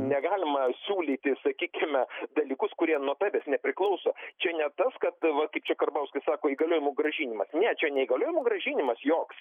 negalima siūlyti sakykime dalykus kurie nuo tavęs nepriklauso čia ne tas kad va kaip čia karbauskis sako įgaliojimų grąžinimas ne čia ne įgaliojimų grąžinimas joks